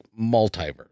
Multiverse